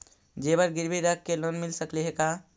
जेबर गिरबी रख के लोन मिल सकले हे का?